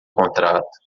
contrato